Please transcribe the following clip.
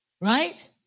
Right